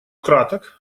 краток